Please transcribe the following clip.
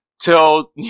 till